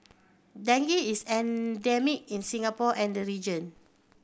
dengue is endemic in Singapore and the region